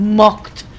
mocked